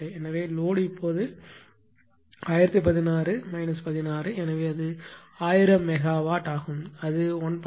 எனவே லோடு இப்போது 1016 16 எனவே அது 1000 மெகாவாட் ஆகும் அது 1